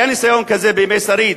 היה ניסיון כזה בימי שריד